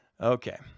Okay